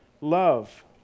love